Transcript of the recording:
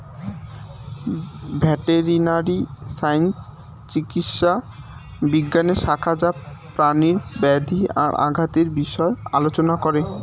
veterinary science চিকিৎসা বিজ্ঞানের শাখা যা প্রাণীর ব্যাধি আর আঘাতের বিষয় আলোচনা করে